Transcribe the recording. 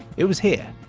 it was here,